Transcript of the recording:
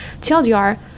TLDR